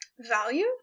Value